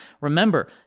Remember